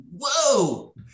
whoa